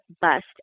bust